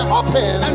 open